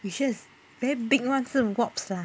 very big ones 是 wasp lah